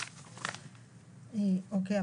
אוקיי.